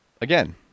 again